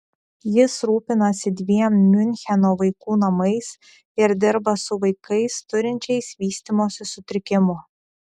jis rūpinasi dviem miuncheno vaikų namais ir dirba su vaikais turinčiais vystymosi sutrikimų